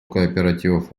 кооперативов